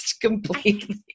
completely